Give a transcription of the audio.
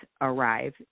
arrive